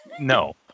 No